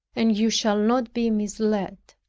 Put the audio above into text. and you shall not be misled.